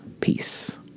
Peace